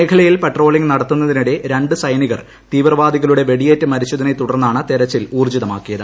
മേഖലയിൽ പട്രോളിംഗ് നടത്തുന്നതിനിടെ രണ്ടു സൈനികർ തീവ്രവാദികളുടെ വെടിയേറ്റ് മരിച്ചതിനെ തുടർന്നാണ് തെരച്ചിൽ ഊർജിതമാക്കിയത്